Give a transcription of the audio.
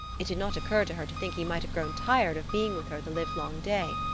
it did not occur to her to think he might have grown tired of being with her the livelong day.